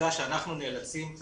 בעובדה שאנחנו "נאלצים",